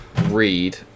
read